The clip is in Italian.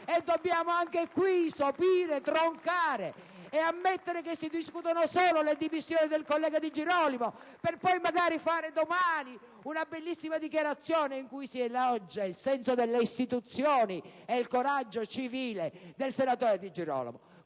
Dobbiamo anche qui sopire, troncare e ammettere che si discutono solo le dimissioni del collega Di Girolamo per poi, magari, fare domani una bellissima dichiarazione in cui si elogia il senso delle istituzioni e il coraggio civile del senatore Di Girolamo.